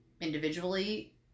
individually